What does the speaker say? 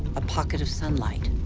a pocket of sunlight.